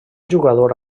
jugador